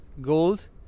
gold